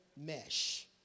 mesh